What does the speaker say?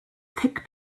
thick